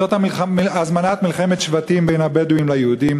זאת הזמנת מלחמת שבטים בין הבדואים ליהודים,